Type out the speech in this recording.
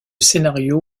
scénario